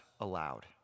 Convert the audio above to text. aloud